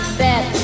bet